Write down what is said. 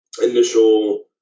initial